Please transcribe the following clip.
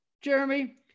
Jeremy